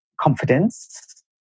confidence